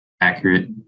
accurate